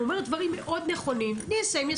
הוא אומר דברים נכונים מאוד, תני לו לסיים.